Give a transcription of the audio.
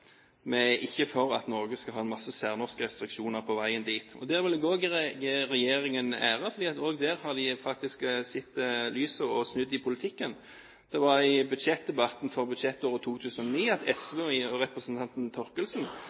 vi er ikke for at Norge skal ha en masse særnorske restriksjoner på veien dit. Der vil jeg også gi regjeringen ære, for også der har de faktisk sett lyset og snudd i politikken. Det var i budsjettdebatten for budsjettåret 2009 at SV og representanten Thorkildsen sa at Norge skulle fjerne gratis CO2-kvoter og